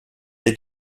they